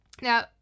Now